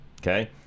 Okay